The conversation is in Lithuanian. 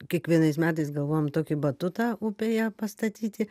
kiekvienais metais galvojam tokį batutą upėje pastatyti